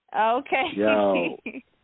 Okay